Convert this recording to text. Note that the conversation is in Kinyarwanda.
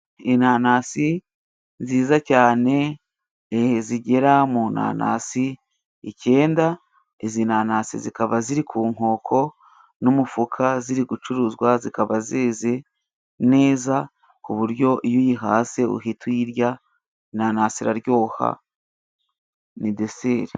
Inanasi nziza cyane zigera mu nanasi icyenda. Izi nanasi zikaba ziri ku nkoko n'umufuka. Ziri gucuruzwa zikaba zeze neza, ku buryo iyo uyihase uhita uyirya. Inanasi iraryoha ni deseli.